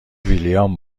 ویلیام